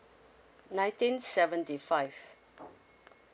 nineteen seventy five